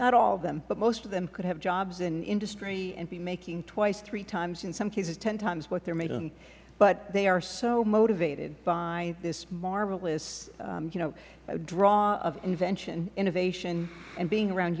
not all of them but most of them could have jobs in industry and be making twice three times in some cases ten times what they are making but they are so motivated by this marvelous draw of invention innovation and being around